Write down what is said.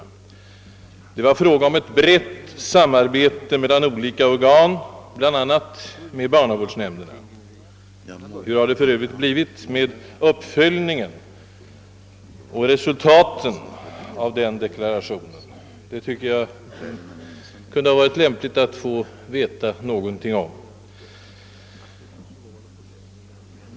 Det skulle vara fråga om ett brett samarbete mellan olika organ, bl.a. med barnavårdsnämnderna. Hur har det för övrigt blivit med uppföljningen och resultaten av denna deklaration? Det tycker jag att det kunde ha varit lämpligt att få veta något om.